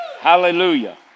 Hallelujah